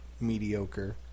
mediocre